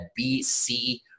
BC